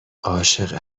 عاشق